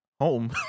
home